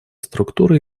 структуры